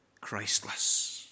Christless